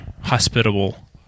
hospitable